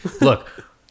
look